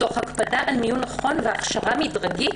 תוך הקפדה על מיון נכון והכשרה מדרגית